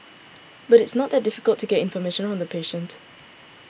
but it is not that difficult to get information on the patient